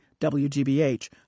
WGBH